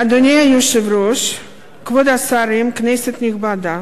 אדוני היושב-ראש, כבוד השרים, כנסת נכבדה,